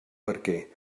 barquer